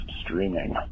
streaming